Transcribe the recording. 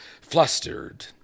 flustered